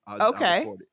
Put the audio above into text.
okay